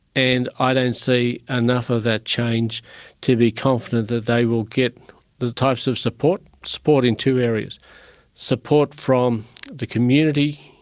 and i don't see enough of that change to be confident that they will get the types of support, support in two areas support from the community,